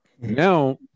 Now